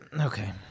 Okay